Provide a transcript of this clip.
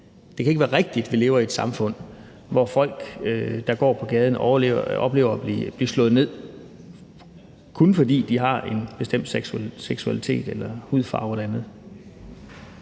Det kan ikke være rigtigt, at vi lever i et samfund, hvor folk, der går på gaden, oplever at blive slået ned, kun fordi de har en bestemt seksualitet, hudfarve